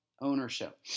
ownership